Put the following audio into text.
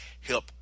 help